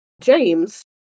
James